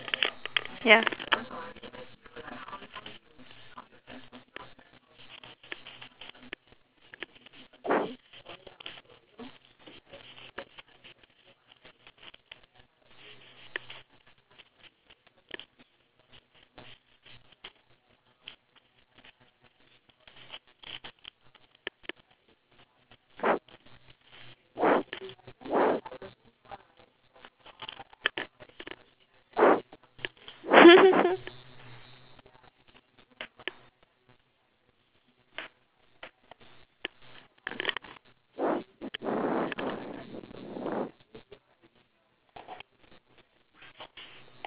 ya